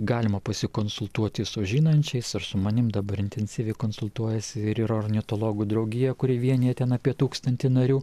galima pasikonsultuoti su žinančiais ir su manim dabar intensyviai konsultuojasi ir į ornitologų draugiją kuri vienija ten apie tūkstantį narių